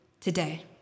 today